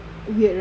weird right